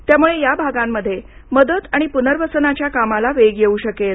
यामुळे या भागांमध्ये मदत आणि पुनर्वसनाच्या कामाला वेग येऊ शकेल